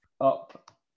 Up